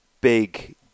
big